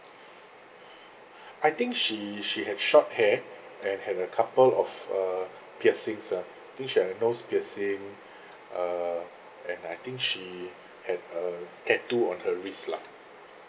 I think she she had short hair and had a couple of uh piercings ah think she had nose piercing uh and I think she had a tattoo on her wrist lah